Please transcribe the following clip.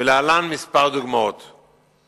להלן דוגמאות מספר.